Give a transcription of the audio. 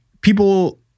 people